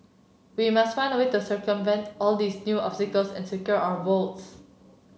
we must find a way to circumvent all these new obstacles and secure our votes